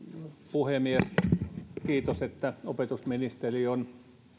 puhemies kiitos että opetusministeri on